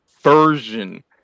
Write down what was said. version